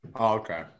okay